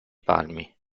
palmi